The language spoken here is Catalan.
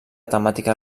temàtica